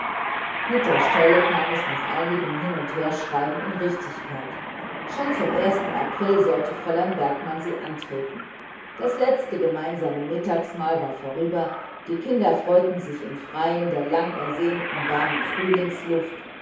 mit der stelle kam es nach einigem hin und herschreiben in richtigkeit schon zum april sollte fräulein bergmann sie antreten das letzte gemeinsame mittagsmahl war vorüber die kinder freuten sich unten im freien der langersehnten warmen frühlingsluft